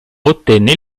ottenne